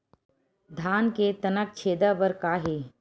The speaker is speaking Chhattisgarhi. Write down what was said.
धान के तनक छेदा बर का हे?